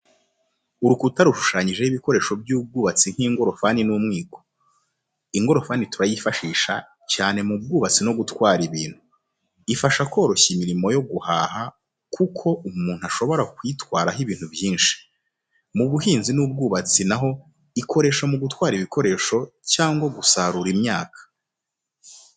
Urukuta rushushanyijeho ibikoresho by'ubwubatsi nk'ingorofani n'umwiko. Ingorofani turayifashisha, cyane mu bwubatsi no gutwara ibintu. Ifasha koroshya imirimo yo guhaha kuko umuntu ashobora kuyitwaraho ibintu byinshi. Mu buhinzi n’ubwubatsi naho ikoreshwa mu gutwara ibikoresho cyangwa gusarura imyaka.